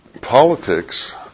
politics